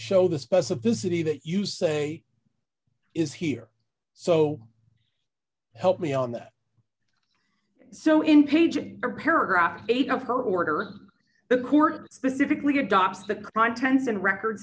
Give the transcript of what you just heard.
show the specificity that you say is here so help me on that so impeach him or paragraph eight of her order the court specifically adopts the contents and record